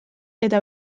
eta